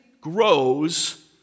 grows